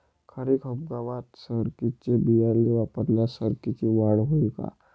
खरीप हंगामात सरकीचे बियाणे वापरल्यास सरकीची वाढ होईल का?